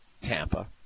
Tampa